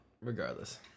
regardless